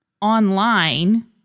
online